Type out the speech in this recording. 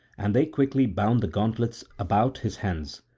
and they quickly bound the gauntlets about his hands,